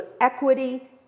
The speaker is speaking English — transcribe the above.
equity